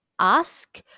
ask